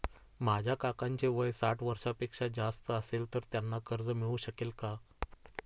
माझ्या काकांचे वय साठ वर्षांपेक्षा जास्त असेल तर त्यांना कर्ज मिळू शकेल का?